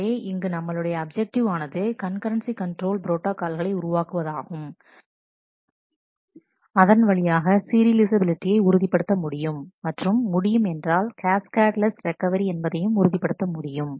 எனவே இங்கு நம்மளுடைய அப்ஜெக்டிவ் ஆனது கண்கரன்சி கண்ட்ரோல் ப்ரோட்டா கால்களை உருவாக்குவதாகும் அதன் வழியாக சீரியலைஃசபிலிட்டியைஉறுதிப்படுத்த முடியும் மற்றும் முடியும் என்றால் கேஸ்கட்லஸ் ரெக்கவரி என்பதையும் உறுதிப்படுத்த முடியும்